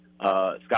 Scott